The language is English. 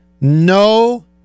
No